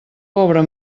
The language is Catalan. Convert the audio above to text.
pobra